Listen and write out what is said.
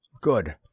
Good